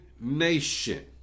nation